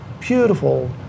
beautiful